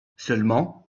seulement